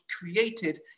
created